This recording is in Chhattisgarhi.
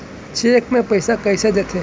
चेक से पइसा कइसे देथे?